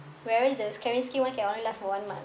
whereas the caring skin one can only last for one month